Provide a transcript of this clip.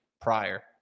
prior